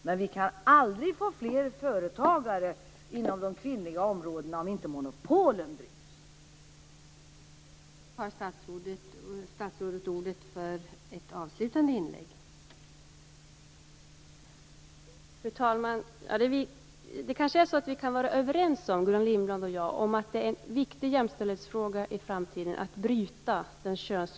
Men vi kan aldrig få fler företagare inom de kvinnliga områdena om inte monopolen bryts.